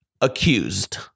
accused